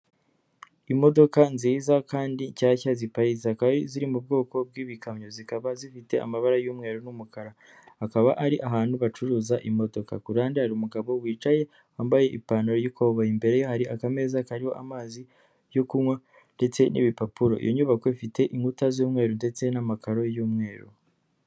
Imodoka nziza kandi nshyashya ziparitse, zikaba ziri mu bwoko bw'ibikamyo, zikaba zifite amabara y'umweru n'umukarakaba, akaba ari ahantu bacuruza imodoka, kuranhande hari umugabo wicaye wambaye ipantaro y'ikaboyi, imbere ye hari akameza kariho amazi yo kunywa, ndetse n'ibipapuro, iyo nyubako ifite inkuta z'umweru ndetse n'amakaro y'umweru.